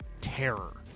terror